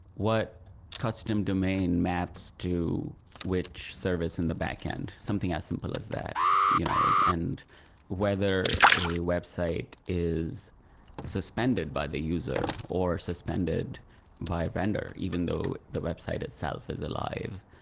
what custom domain maps to which service in the backend? something as simple as that, you know and whether a website is suspended by the user or suspended by a vendor even though the website itself is alive.